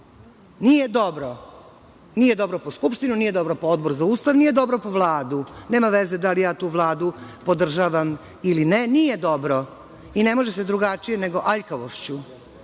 dobro. Nije dobro po Skupštinu, nije dobro po Odbor za ustavna pitanja, nije dobro po Vladu. Nema veze da li ja tu Vladu podržavam ili ne, nije dobro i ne može se drugačije nego aljkavošću